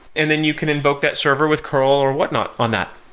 and then you can invoke that server with curl or whatnot on that.